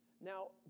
Now